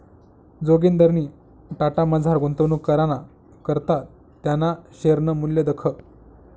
जोगिंदरनी टाटामझार गुंतवणूक कराना करता त्याना शेअरनं मूल्य दखं